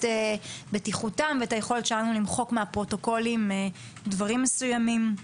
בטיחותם ואת היכולת שלנו למחוק מהפרוטוקולים דברים מסוימים.